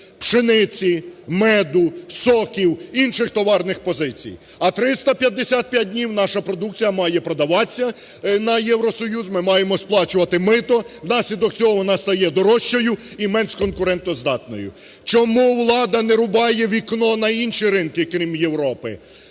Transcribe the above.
пшениці, меду, соків, інших товарних позицій, а 355 днів наша продукція має продаватися на Євросоюз, ми маємо сплачувати мито. Внаслідок цього вона стає дорожчою і менш конкурентоздатною. Чому влада не "рубає вікно" на інші ринки, крім Європи?